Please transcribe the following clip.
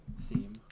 theme